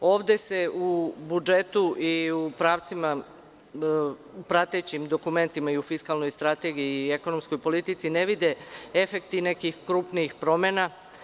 Ovde se u budžetu, u pratećim dokumentima, u fiskalnoj strategiji i u ekonomskoj politici ne vide efekti nekih krupnih promena.